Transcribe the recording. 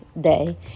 day